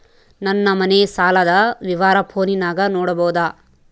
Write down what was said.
ನನ್ನ ಮನೆ ಸಾಲದ ವಿವರ ಫೋನಿನಾಗ ನೋಡಬೊದ?